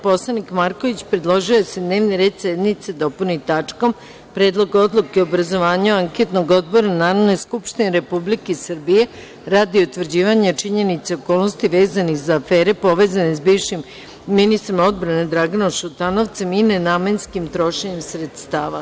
Poslanik Marković predložio je da se dnevni red sednice dopuni tačkom – Predlog odluke o obrazovanju anketnog odbora Narodne skupštine Republike Srbije radi utvrđivanja činjenica i okolnosti vezanih za afere povezane sa bivšim ministrom odbrane Draganom Šutanovcem i nenamenskim trošenjem sredstava.